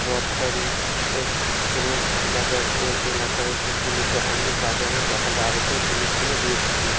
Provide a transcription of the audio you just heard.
রথবাড়ি এবং আম বাজার এর এলাকাগুলিতে আমি বাজারে সকালে আড়তে জিনিসগুলো দিয়ে থাকি